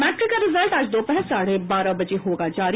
matric का result आज दोपहर साढ़े बारह बजे होगा जारी